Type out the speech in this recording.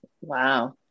Wow